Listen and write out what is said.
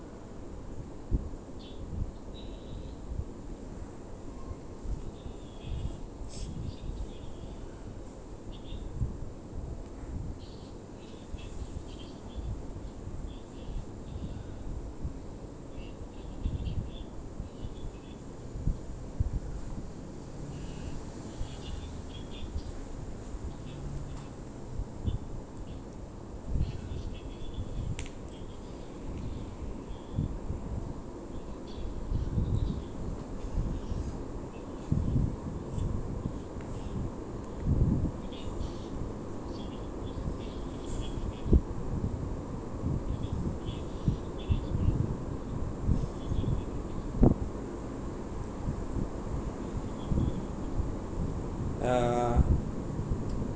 uh